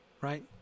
Right